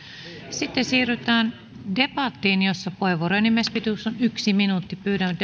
sitten siirrytään debattiin jossa puheenvuorojen enimmäispituus on yksi minuutti pyydän